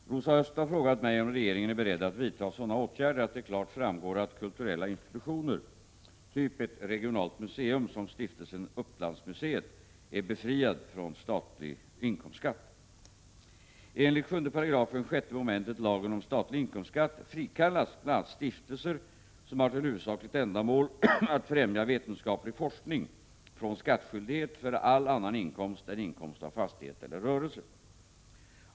Herr talman! Rosa Östh har frågat mig om regeringen är beredd att vidta sådana åtgärder att det klart framgår att kulturella institutioner, typ ett regionalt museum som Stiftelsen Upplandsmuseet, är befriade från statlig inkomstskatt. Enligt 7 § 6 mom. lagen om statlig inkomstskatt frikallas bl.a. stiftelser som har till huvudsakligt ändamål att främja vetenskaplig forskning från skattskyldighet för all annan inkomst än inkomst av fastighet eller rörelse.